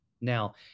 Now